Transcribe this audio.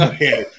Okay